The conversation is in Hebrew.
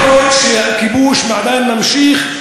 כל העולם יודע שהכיבוש עדיין ממשיך,